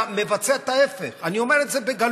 אתה מבצע את ההפך, אני אומר את זה בגלוי.